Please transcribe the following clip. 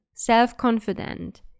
self-confident